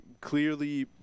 clearly